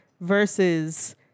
versus